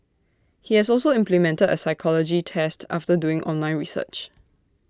he has also implemented A psychology test after doing online research